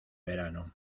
verano